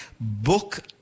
book